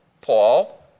Paul